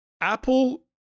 Apple